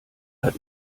hat